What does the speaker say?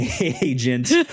agent